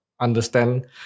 understand